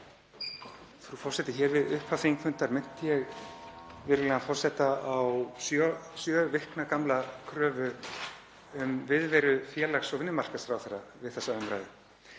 Frú forseti. Hér við upphaf þingfundar minnti ég virðulegan forseta á sjö vikna gamla kröfu um viðveru félags- og vinnumarkaðsráðherra við þessa umræðu.